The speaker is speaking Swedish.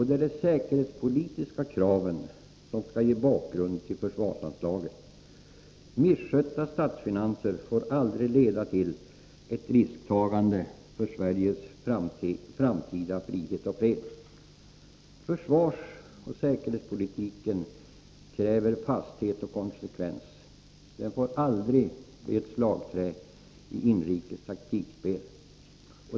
Det är de säkerhetspolitiska kraven som skall ge bakgrund till försvarsanslagen. Misskötta statsfinanser får aldrig leda till ett risktagande för Sveriges framtida frihet och fred. Försvarsoch säkerhetspolitiken kräver fasthet och konsekvens. Den får aldrig bli ett slagträ i inrikes taktikspel.